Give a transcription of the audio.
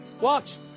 Watch